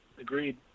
Agreed